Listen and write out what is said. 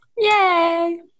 Yay